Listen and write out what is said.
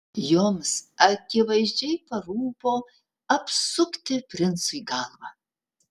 joms akivaizdžiai parūpo apsukti princui galvą